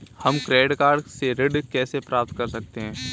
हम credit card से ऋण कैसे प्राप्त कर सकते हैं?